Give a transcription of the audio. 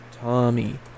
tommy